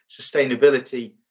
sustainability